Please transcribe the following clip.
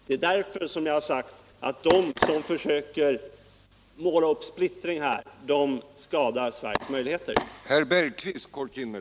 Det är därför jag har sagt att de som försöker måla upp splittring när det gäller utrikespolitiken, de försämrar Sveriges möjligheter.